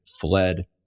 fled